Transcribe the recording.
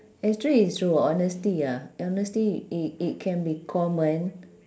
actually it's true honesty ya honesty it it can be common